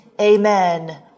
amen